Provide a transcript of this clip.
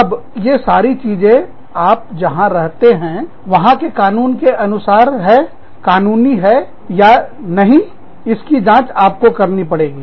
अब ये सारी चीजें जहां आप रहते हैं वहां के कानून के अनुसार है कानूनी है या नहीं इसकी जांच आपको करनी पड़ेगी